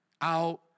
out